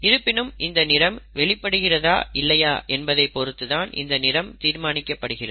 இருப்பினும் இந்த நிறம் வெளிப்படுகிறதா இல்லையா என்பதை பொறுத்து தான் இந்த நிறம் தீர்மானிக்கப்படுகிறது